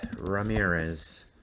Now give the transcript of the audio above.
Ramirez